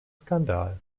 skandal